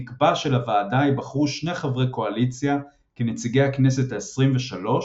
נקבע שלוועדה ייבחרו 2 חברי קואליציה כנציגי הכנסת העשרים ושלוש,